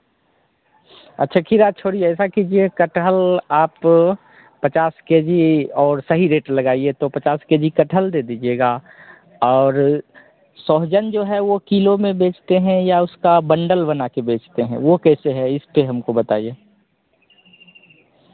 अच्छा खीरा छोड़िए ऐसा कीजिए कठहल आप पचास के जी और सही रेट लगाइए तो पचास के जी कठहल दे दीजिएगा और सोहजन जो है वह किलो में बेचते हैं या उसका बंडल बना कर बेचते हैं वह कैसे है इसपर हमको बताइए